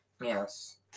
Yes